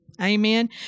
Amen